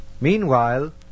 Meanwhile